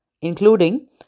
including